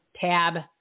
tab